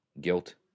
guilt